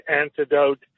antidote